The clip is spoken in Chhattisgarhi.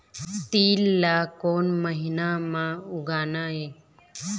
तील ला कोन महीना म उगाना ये?